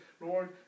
Lord